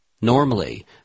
Normally